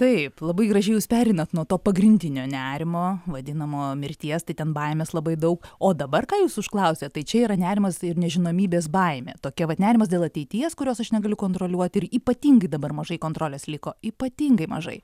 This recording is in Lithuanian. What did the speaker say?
taip labai gražiai jūs pereinat nuo to pagrindinio nerimo vadinamo mirties tai ten baimės labai daug o dabar ką jūs užklausėt tai čia yra nerimas ir nežinomybės baimė tokia vat nerimas dėl ateities kurios aš negaliu kontroliuot ir ypatingai dabar mažai kontrolės liko ypatingai mažai